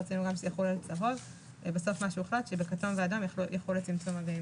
הוחלט שברשויות אדומות וכתומות יחול צמצום מגעים.